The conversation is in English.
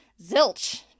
zilch